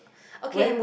okay